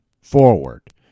forward